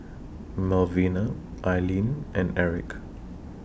Malvina Ailene and Erik